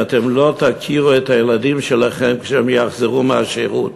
כי אתם לא תכירו את הילדים שלכם כשהם יחזרו מהשירות.